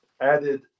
added